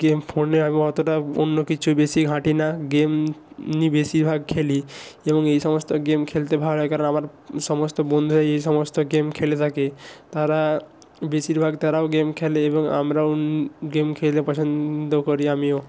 game ফোনে আমি অতটা অন্য কিছু বেশি ঘাঁটি না গেমই বেশিরভাগ খেলি এবং এই সমস্ত গেম খেলতে ভালো লাগে কারণ আমার সমস্ত বন্ধুরা এই সমস্ত গেম খেলে থাকে তারা বেশিরভাগ তারাও গেম খেলে এবং আমরাও গেম খেলতে পছন্দ করি আমিও